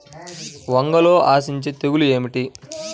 వంగలో ఆశించు తెగులు ఏమిటి?